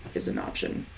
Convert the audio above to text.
is an option,